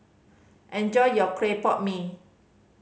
enjoy your clay pot mee